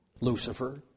Lucifer